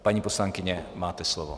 Paní poslankyně, máte slovo.